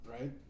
right